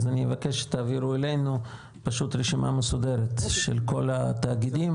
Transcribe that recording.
אז אבקש שתעבירו אלינו רשימה מסודרת של כול התאגידים